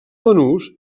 banús